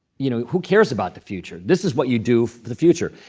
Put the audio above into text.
you know who cares about the future? this is what you do for the future.